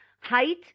height